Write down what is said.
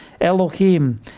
Elohim